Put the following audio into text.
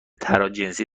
تراجنسی